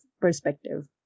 perspective